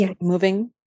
moving